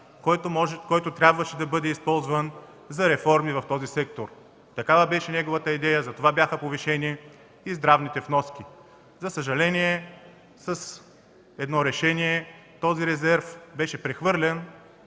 който трябваше да бъде използван за реформи в този сектор. Такава беше неговата идея, затова бяха повишени и здравните вноски. За съжаление, с едно решение този резерв беше прехвърлен